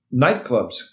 nightclubs